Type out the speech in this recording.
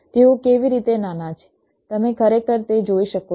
તેઓ કેવી રીતે નાના છે તમે ખરેખર તે જોઈ શકો છો